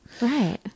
right